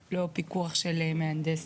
בלי פיקוח של מהנדס.